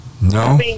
No